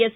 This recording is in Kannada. ಎಸ್